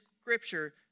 scripture